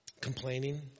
Complaining